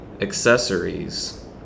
accessories